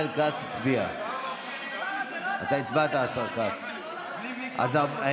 אם כן, רבותיי חברי הכנסת, 29 בעד, נגד, 48,